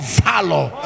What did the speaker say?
valor